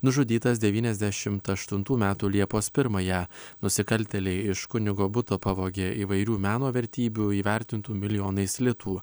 nužudytas devyniasdešimt aštuntų metų liepos pirmąją nusikaltėliai iš kunigo buto pavogė įvairių meno vertybių įvertintų milijonais litų